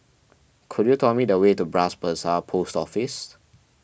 could you tell me the way to Bras Basah Post Office